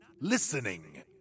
listening